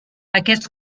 aquest